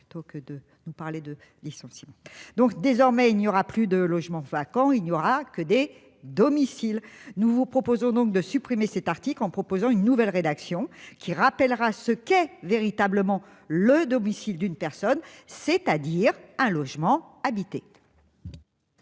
plutôt que de nous parler de licenciements donc désormais il n'y aura plus de logements vacants, il n'y aura que des domiciles, nous vous proposons donc de supprimer cet article en proposant une nouvelle rédaction qui rappellera ce qu'est véritablement le domicile d'une personne, c'est-à-dire un logement habité.